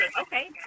okay